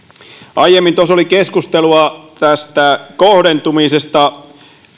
aiemmin tuossa oli keskustelua tästä kohdentumisesta